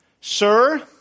Sir